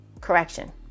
correction